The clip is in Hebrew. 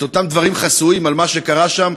את אותם דברים חסויים על מה שקרה שם,